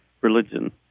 religion